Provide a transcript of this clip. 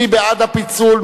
מי בעד הפיצול?